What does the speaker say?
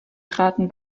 traten